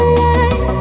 light